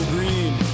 Green